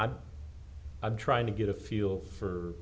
i'm i'm trying to get a fuel for